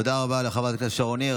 תודה רבה לחברת הכנסת שרון ניר.